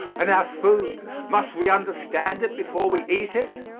and our food, must we understand it before we eat it?